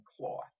cloth